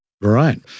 Right